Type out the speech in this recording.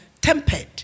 tempered